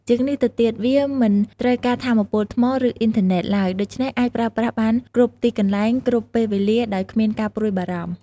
ជាងនេះទៅទៀត វាមិនត្រូវការថាមពលថ្ម ឬអ៊ីនធឺណេត ឡើយ ដូច្នេះអាចប្រើប្រាស់បានគ្រប់ទីកន្លែង គ្រប់ពេលវេលាដោយគ្មានការព្រួយបារម្ភ។